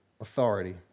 authority